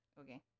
Okay